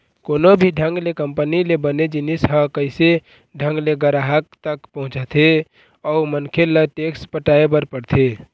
कोनो भी ढंग ले कंपनी ले बने जिनिस ह कइसे ढंग ले गराहक तक पहुँचथे अउ मनखे ल टेक्स पटाय बर पड़थे